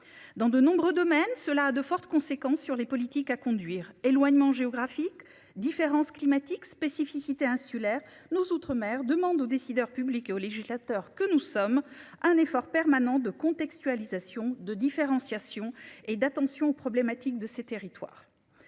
Dans de nombreux domaines cela de fortes conséquences sur les politiques à conduire éloignement géographique différences climatiques spécificité insulaire nos outre-mer demandent aux décideurs publics et aux législateurs que nous sommes un effort permanent de contextualisation de différenciation et d'attention aux problématiques de ces territoires.